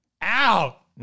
out